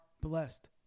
blessed